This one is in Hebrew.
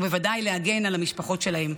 ובוודאי להגן על המשפחות שלהם.